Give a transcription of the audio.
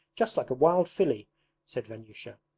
just like a wild filly said vanyusha,